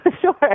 sure